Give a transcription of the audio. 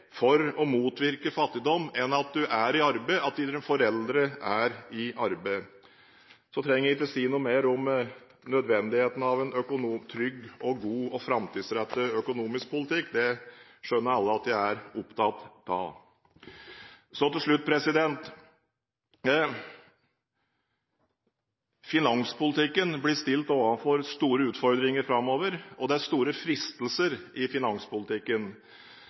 for å motvirke fattigdom enn at du og dine foreldre er i arbeid. Jeg trenger ikke si noe mer om nødvendigheten av en trygg, god og framtidsrettet økonomisk politikk. Det skjønner alle at jeg er opptatt av. Til slutt: Finanspolitikken blir stilt overfor store utfordringer framover, og det er store fristelser i finanspolitikken.